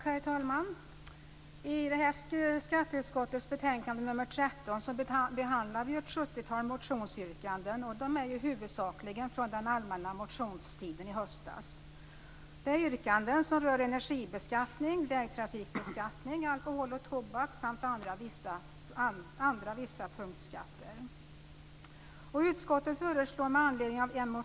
Herr talman! I skatteutskottets betänkande nr 13 behandlar vi ett sjuttiotal motionsyrkanden huvudsakligen från den allmänna motionstiden i höstas. Det är yrkanden som rör energibeskattning, vägtrafikbeskattning, alkohol och tobak samt vissa andra punktskatter.